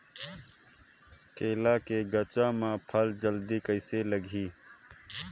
केला के गचा मां फल जल्दी कइसे लगही?